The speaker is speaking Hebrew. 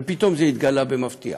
ופתאום זה התגלה במפתיע,